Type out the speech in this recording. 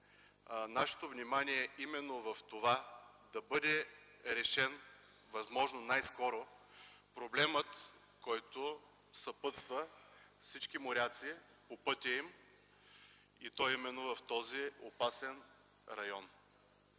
вниманието си именно върху това да бъде решен възможно най-скоро проблемът, който съпътства всички моряци по пътя им и то именно в този опасен район.